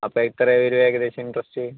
അപ്പം എത്ര വരും ഏകദേശം ഇൻട്രസ്റ്റ്